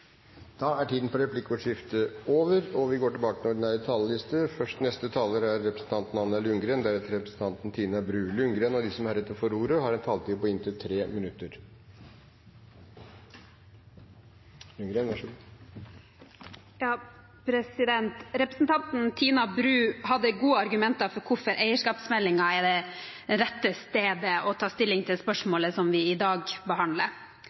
og ledelse. Replikkordskiftet er over. De talerne som heretter får ordet, har en taletid på inntil 3 minutter. Representanten Tina Bru hadde gode argumenter for hvorfor eierskapsmeldingen er det rette stedet å ta stilling til spørsmålet som vi i dag behandler.